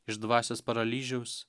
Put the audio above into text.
iš dvasios paralyžiaus